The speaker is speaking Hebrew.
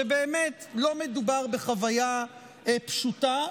ובאמת לא מדובר בחוויה פשוטה,